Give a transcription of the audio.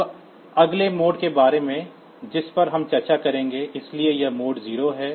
अब अगले मोड के बारे में जिस पर हम चर्चा करेंगे इसलिए यह मोड 0 है